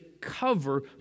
cover